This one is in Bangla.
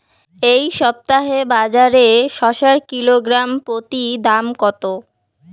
এই সপ্তাহে বাজারে শসার কিলোগ্রাম প্রতি দাম কত?